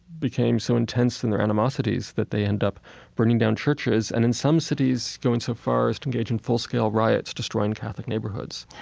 became so intense in their animosities that they end up burning down churches, and in some cities going so far as to engage in full scale riots, destroying catholic neighborhoods.